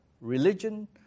religion